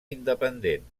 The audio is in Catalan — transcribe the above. independent